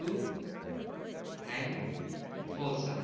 two nine four seven